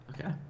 Okay